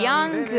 Young